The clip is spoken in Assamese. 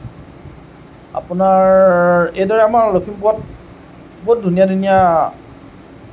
আপোনাৰ এইদৰে আমাৰ লখিমপুৰত বহুত ধুনীয়া ধুনীয়া